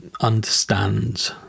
understand